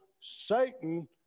Satan